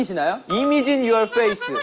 is you know imagine your face?